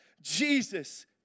Jesus